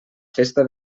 festa